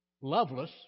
loveless